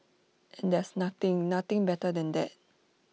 and there's nothing nothing better than that